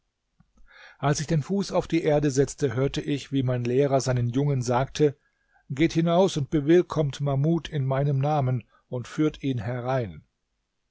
als ich den fuß auf die erde setzte hörte ich wie mein lehrer seinen jungen sagte geht hinaus und bewillkommt mahmud in meinem namen und führet ihn herein